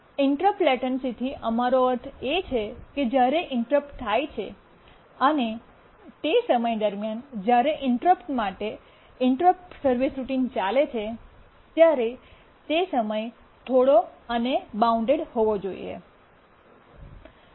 interrupt લેટન્સીથી અમારો અર્થ એ છે કે જ્યારે ઇન્ટરપ્ટ થાય છે અને તે સમય દરમિયાન જ્યારે ઇન્ટરપ્ટ માટે ઇન્ટરપ્ટ સર્વિસ રૂટીન ચાલે છે ત્યારે સમય થોડો અને બાઉન્ડેડ હોવો જોઈએ